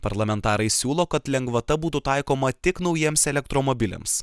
parlamentarai siūlo kad lengvata būtų taikoma tik naujiems elektromobiliams